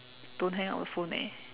don't hang up the phone eh